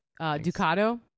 Ducato